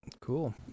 Cool